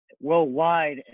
Worldwide